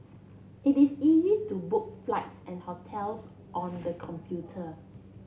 it is easy to book flights and hotels on the computer